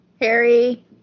Harry